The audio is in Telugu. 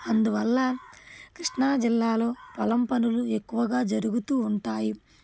అందువల్ల కృష్ణాజిల్లాలో పొలం పనులు ఎక్కువగా జరుగుతూ ఉంటాయి